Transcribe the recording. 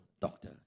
doctor